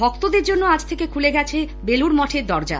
ভক্তদের জন্য আজ থেকে খুলে গেছে বেলুড় মঠের দরজা